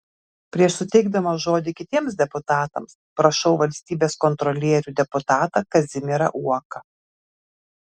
prieš suteikdamas žodį kitiems deputatams prašau valstybės kontrolierių deputatą kazimierą uoką